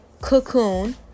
cocoon